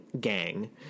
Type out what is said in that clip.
gang